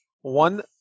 One